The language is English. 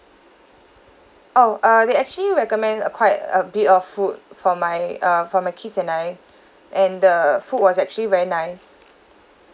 oh uh they actually recommend a quite a bit of food for my uh for my kids and I and the food was actually very nice